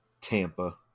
Tampa